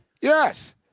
Yes